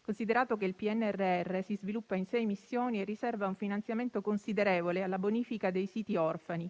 considerato che il PNRR si sviluppa in sei missioni e riserva un finanziamento considerevole alla bonifica dei siti orfani,